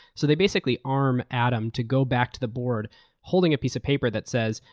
so, they basically arm adam to go back to the board holding a piece of paper that says,